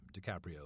DiCaprio